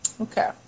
Okay